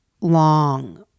long